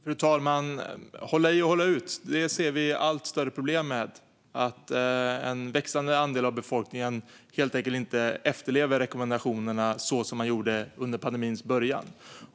Fru talman! Att hålla i och hålla ut ser vi allt större problem med. En växande andel av befolkningen efterlever helt enkelt inte rekommendationerna så som man gjorde under pandemins början.